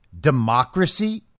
democracy